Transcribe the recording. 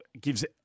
gives